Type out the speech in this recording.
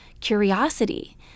curiosity